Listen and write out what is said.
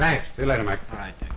right right